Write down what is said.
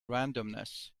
randomness